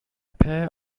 pair